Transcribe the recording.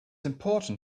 important